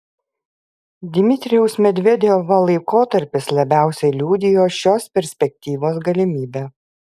dmitrijaus medvedevo laikotarpis labiausiai liudijo šios perspektyvos galimybę